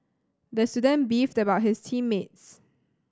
the student beefed about his team mates